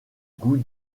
goût